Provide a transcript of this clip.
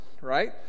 right